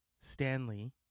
Stanley